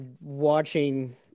Watching